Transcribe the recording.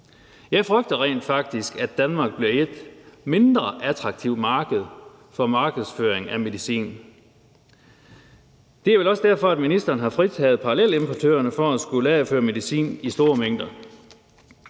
Jeg frygter rent faktisk, at Danmark bliver et mindre attraktivt marked for markedsføring af medicin, og det er vel også derfor, at ministeren har fritaget parallelimportørerne for at skulle lagerføre medicin i store mængder,